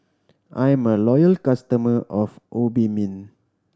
I am a loyal customer of Obimin